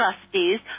trustees